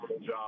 job